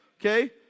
Okay